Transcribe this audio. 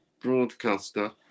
broadcaster